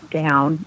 down